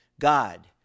God